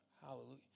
Hallelujah